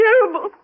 terrible